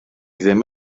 ddim